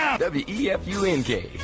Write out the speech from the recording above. W-E-F-U-N-K